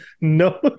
no